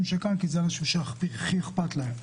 שנמצאים כאן כי הם האנשים שהכי אכפת להם,